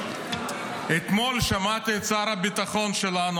אתמול שמעתי את שר הביטחון שלנו,